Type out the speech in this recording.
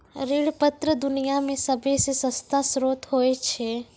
ऋण पत्र दुनिया मे सभ्भे से सस्ता श्रोत होय छै